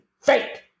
Fake